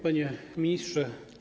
Panie Ministrze!